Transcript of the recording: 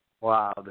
Wow